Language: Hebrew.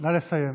נא לסיים.